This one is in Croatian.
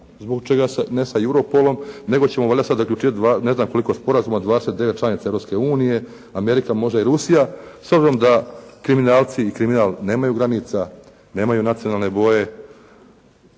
Zbog čega ne sam Europolom, nego ćemo valjda sad zaključivati ne znam koliko sporazuma 29 članica Europske unije, Amerika, možda i Rusija s obzirom da kriminalci i kriminal nemaju granica, nemaju nacionalne boje.